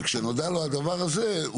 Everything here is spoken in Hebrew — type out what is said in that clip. וכשנודע לו הדבר הזה,